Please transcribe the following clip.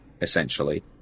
essentially